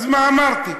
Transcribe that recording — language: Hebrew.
אז מה, אמרתי.